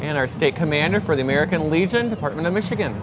and our state commander for the american legion department of michigan